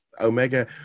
Omega